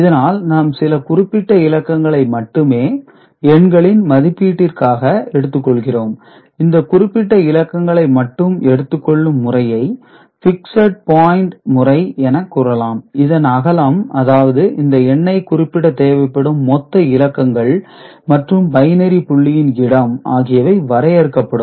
இதனால் நாம் சில குறிப்பிட்ட இலக்கங்களை மட்டுமே எண்களின் மதிப்பீட்டிற்காக எடுத்துக் கொள்கிறோம் இந்த குறிப்பிட்ட இலக்கங்களை மட்டும் எடுத்துக் கொள்ளும் முறையை பிக்ஸட் பாயின்ட் முறை என கூறலாம் இதன் அகலம் அதாவது இந்த எண்ணை குறிப்பிட தேவைப்படும் மொத்த இலக்கங்கள் மற்றும் பைனரி புள்ளியின் இடம் ஆகியவை வரையறுக்கப் படும்